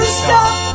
stop